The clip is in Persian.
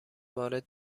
وارد